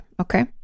Okay